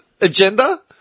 agenda